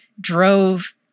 drove